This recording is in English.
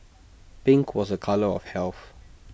pink was A colour of health